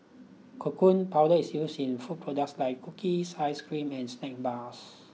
cocoa powder is used in food products like cookies ice cream and snack bars